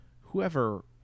whoever